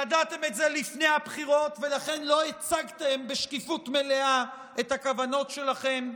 ידעתם את זה לפני הבחירות ולכן לא הצגתם בשקיפות מלאה את הכוונות שלכם.